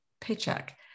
paycheck